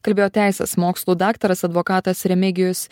kalbėjo teisės mokslų daktaras advokatas remigijus